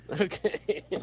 okay